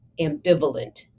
ambivalent